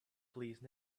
please